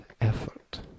effort